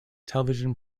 television